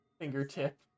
fingertip